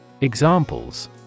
Examples